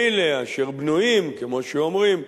אלה אשר בנויים, כמו שאומרים,